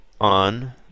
on